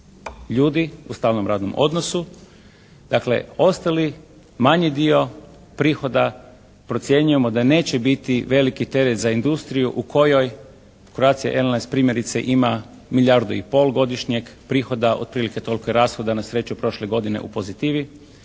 ljudi u stalnom radnom odnosu. Dakle, ostali, manji dio prihoda procjenjujemo da neće biti veliki teret za industriju u kojoj Croatia airlines primjerice ima milijardu i pol godišnjeg prihoda, otprilike toliko i rashoda. Na sreću prošle godine u pozitivi.